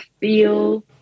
feel